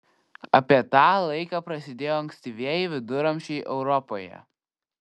apie tą laiką prasidėjo ankstyvieji viduramžiai europoje